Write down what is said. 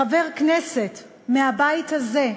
חבר כנסת מהבית הזה,